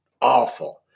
awful